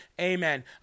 Amen